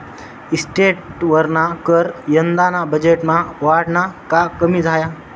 इस्टेटवरना कर यंदाना बजेटमा वाढना का कमी झाया?